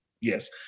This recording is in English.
yes